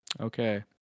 Okay